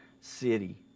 city